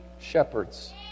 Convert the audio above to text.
shepherds